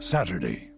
Saturday